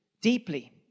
deeply